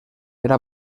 era